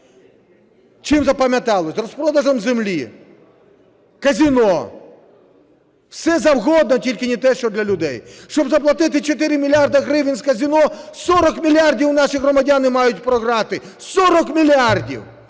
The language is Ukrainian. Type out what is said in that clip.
Чим запам'яталось? Розпродажем землі, казино. Все завгодно, тільки не те, що для людей. Щоб заплатити 4 мільярда гривень з казино, 40 мільярдів наші громадяни мають програти. 40 мільярдів!